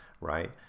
right